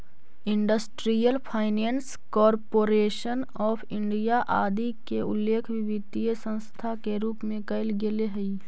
industrial finance corporation of India आदि के उल्लेख भी वित्तीय संस्था के रूप में कैल गेले हइ